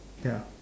ya